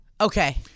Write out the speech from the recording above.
Okay